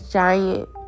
giant